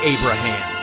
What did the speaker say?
Abraham